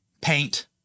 paint